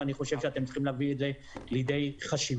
ואני חושב שאתם צריכים להביא את זה לידי חשיבה,